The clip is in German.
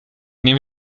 nehme